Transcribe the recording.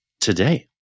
today